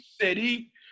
city